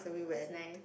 that's nice